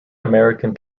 american